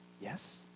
Yes